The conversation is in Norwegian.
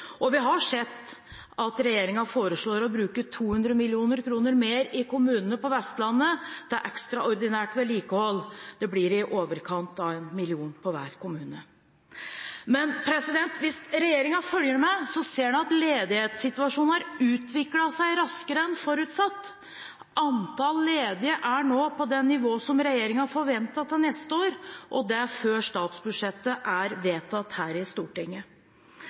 Og vi har sett at regjeringen foreslår å bruke 200 mill. kr mer i kommunene på Vestlandet til ekstraordinært vedlikehold – det blir i overkant av 1 mill. kr på hver kommune. Men hvis regjeringen følger med, ser en at ledighetssituasjonen har utviklet seg raskere enn forutsatt. Antallet ledige er nå på det nivået som regjeringen forventer til neste år, og det før statsbudsjettet er vedtatt her i Stortinget.